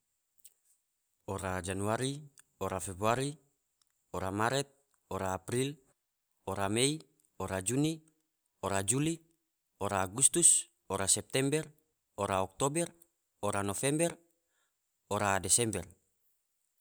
Ora januari, ora februari, ora maret, ora april, ora mei, ora juni, ora juli, ora agustus, ora september, ora oktober, ora november, ora desember.